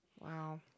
Wow